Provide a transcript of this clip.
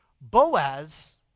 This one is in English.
boaz